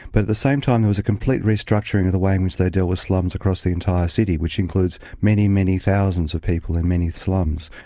but at the same time there was a complete restructuring of the way in which they dealt with slums across the entire city, which includes many, many thousands of people in many slums.